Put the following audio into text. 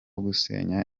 gusenya